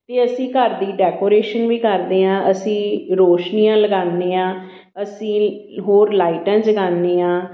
ਅਤੇ ਅਸੀਂ ਘਰ ਦੀ ਡੈਕੋਰੇਸ਼ਨ ਵੀ ਕਰਦੇ ਹਾਂ ਅਸੀਂ ਰੋਸ਼ਨੀਆਂ ਲਗਾਉਂਦੇ ਹਾਂ ਅਸੀਂ ਹੋਰ ਲਾਈਟਾਂ ਜਗਾਉਂਦੇ ਹਾਂ